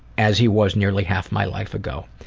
as he was nearly half my life ago.